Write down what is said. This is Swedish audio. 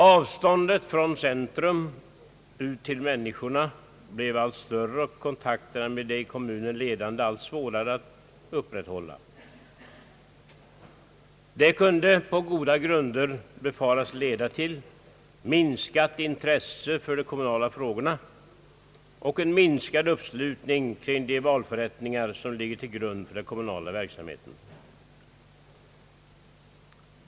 Avståndet från centrum ut till människorna blev allt större och kontakten med de i kommunen ledande allt svårare att upprätthålla. Detta kunde på goda grunder befaras leda till minskat intresse för de kommunala frågorna och en minskad uppslutning kring de valförrättningar som ligger till grund för den kommunala verksamheten.